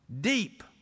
deep